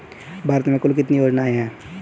भारत में कुल कितनी योजनाएं हैं?